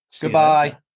Goodbye